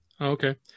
Okay